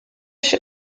się